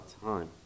time